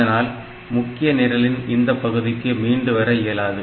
இதனால் முக்கிய நிரலின் இந்த பகுதிக்கு மீண்டு வர இயலாது